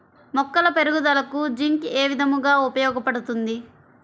మొక్కల పెరుగుదలకు జింక్ ఏ విధముగా ఉపయోగపడుతుంది?